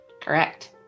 Correct